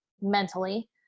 mentally